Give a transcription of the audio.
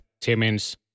Timmins